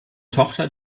tochter